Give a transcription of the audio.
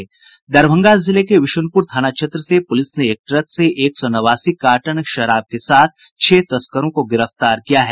दरभंगा जिले के विशनपुर थाना क्षेत्र से पुलिस ने एक ट्रक से एक सौ नवासी कार्टन शराब के साथ छह तस्करों को गिरफ्तार किया है